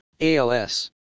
ALS